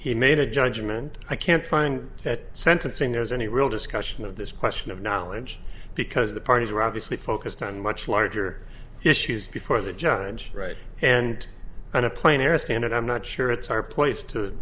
he made a judgment i can't find that sentencing there's any real discussion of this question of knowledge because the parties are obviously focused on much larger issues before the judge right and on a plane or a standard i'm not sure it's our place to